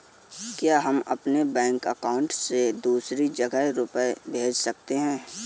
क्या हम अपने बैंक अकाउंट से दूसरी जगह रुपये भेज सकते हैं?